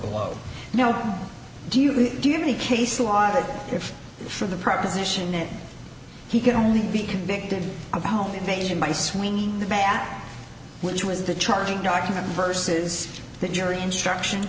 below now do you do you have any case law that if for the proposition that he can only be convicted of a home invasion by swinging the bat which was the charging document verses the jury instruction